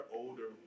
older